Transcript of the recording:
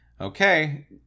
okay